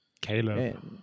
Caleb